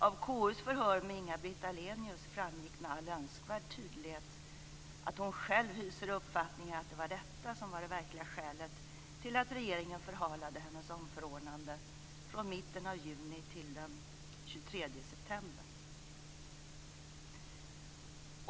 Av KU:s förhör med Inga-Britt Ahlenius framgick med all önskvärd tydlighet att hon själv hyser uppfattningen att det var detta som var det verkliga skälet till att regeringen förhalade hennes omförordnande från mitten av juni till den 23 september.